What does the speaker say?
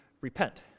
repent